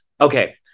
Okay